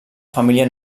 família